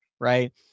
right